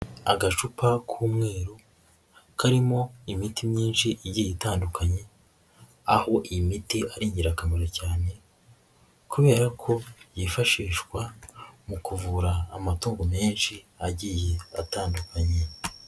Agacupa k'umweru karimo imiti myinshi igiye itandukanye, aho iyi imiti ari ingirakamaro cyane kubera ko yifashishwa mu kuvura amatungo menshi agiye atandukanye.